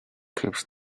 keeps